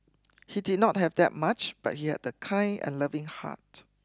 he did not have that much but he had a kind and loving heart